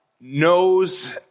knows